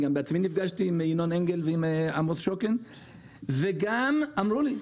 בעצמי גם נפגשתי עם ינון אנגל ועמוס שוקן וגם אמרו לי,